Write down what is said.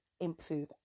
improve